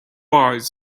eyes